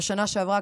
בשנה שעברה,